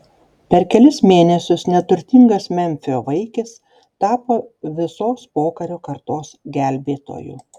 per kelis mėnesius neturtingas memfio vaikis tapo visos pokario kartos gelbėtoju